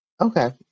Okay